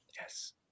Yes